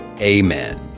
Amen